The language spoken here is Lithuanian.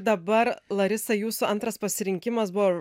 dabar larisa jūsų antras pasirinkimas buvo